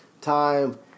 time